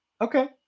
Okay